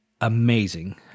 amazing